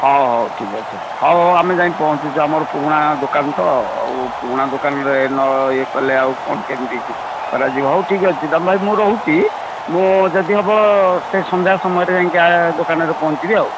ହଉ ହଉ ଠିକ ଅଛି ହଉ ହଉ ଆମେ ଯାଇ ପହଞ୍ଚୁଚୁ ଆମର ପୁରୁଣା ଦୋକାନ ତ ହଉ ପୁରୁଣା ଦୋକାନରେ ନ ଇଏ କଲେ ଆଉ କ'ଣ କେମିତି କରାଯିବ ହଉ ଠିକ ଅଛି ଦାମ ଭାଇ ମୁଁ ରହୁଛି ମୁଁ ଯଦି ହେବ ସେ ସନ୍ଧ୍ୟା ସମୟରେ ଯାଇକି ଦୋକାନରେ ପହଞ୍ଚିବି ଆଉ